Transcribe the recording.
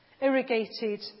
irrigated